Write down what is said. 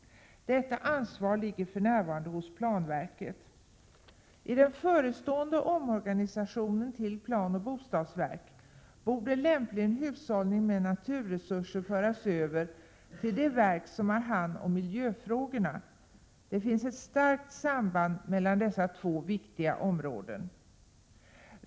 Detta ansvar ligger för närvarande hos planverket. I den förestående omorganisationen till planoch bostadsverk borde lämpligen hushållningen med naturresurser föras över till det verk som har hand om miljöfrågorna. Det finns ett starkt samband mellan dessa två viktiga områden.